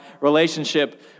relationship